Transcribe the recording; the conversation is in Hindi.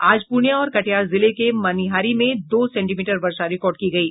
आज पूर्णियां और कटिहार जिले के मनिहारी में दो सेंटीमीटर वर्षा रिकॉर्ड की गयी